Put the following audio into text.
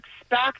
expect